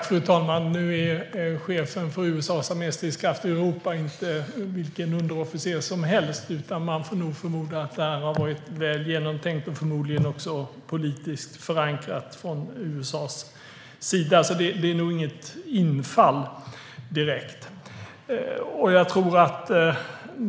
Fru talman! Nu är chefen för USA:s arméstridskrafter i Europa inte vilken underofficer som helst. Man får nog förmoda att detta var väl välgenomtänkt och antagligen också politiskt förankrat från USA:s sida, så det är nog inte direkt något infall.